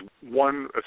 one